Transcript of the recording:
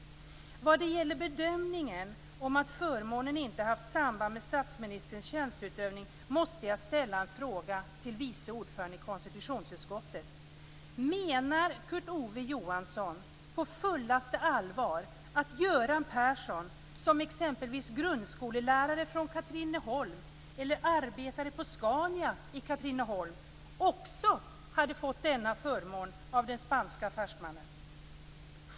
Vad gäller bedömningen om att förmånen inte haft samband med statsministerns tjänsteutövning måste jag ställa en fråga till vice ordföranden i konstitutionsutskottet: Menar Kurt Ove Johansson på fullaste allvar att Göran Persson som exempelvis grundskollärare från Katrineholm eller som arbetare på Scania i Katrineholm också hade fått denna förmån av den spanske affärsmannen?